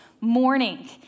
morning